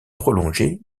prolongées